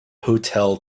hotel